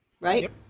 right